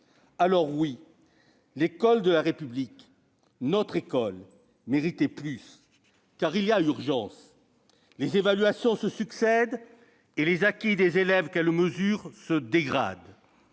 alors, oui, l'école de la République, notre école, méritait plus. Car il y a urgence. Les évaluations se succèdent et les acquis des élèves qu'elles mesurent se dégradent.